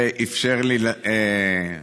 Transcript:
ואפשר לי לדבר.